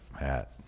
hat